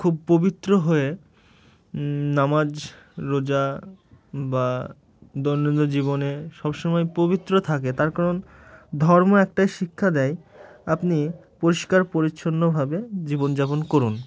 খুব পবিত্র হয়ে নামাজ রোজা বা দৈনন্দিন জীবনে সব সময় পবিত্র থাকে তার কারণ ধর্ম একটাই শিক্ষা দেয় আপনি পরিষ্কার পরিচ্ছন্নভাবে জীবনযাপন করুন